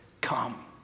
Come